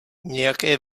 nějaké